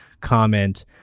comment